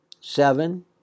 seven